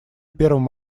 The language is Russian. первым